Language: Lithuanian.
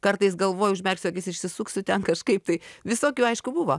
kartais galvoju užmerksiu akis išsisuksiu ten kažkaip tai visokių aišku buvo